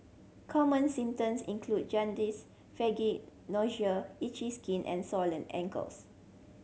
common symptoms include jaundice fatigue nausea itchy skin and swollen ankles